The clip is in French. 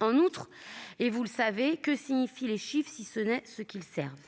En outre, que signifient les chiffres si ce n'est ce qu'ils servent ?